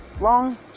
long